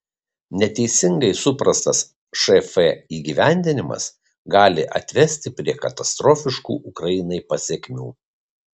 neteisingai suprastas šf įgyvendinimas gali atvesti prie katastrofiškų ukrainai pasekmių